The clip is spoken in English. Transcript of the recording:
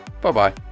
bye-bye